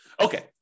Okay